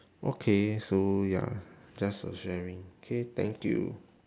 okay so ya just a sharing okay thank you